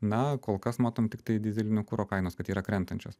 na kol kas matom tiktai dyzelinio kuro kainos kad yra krentančios